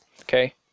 okay